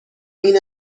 این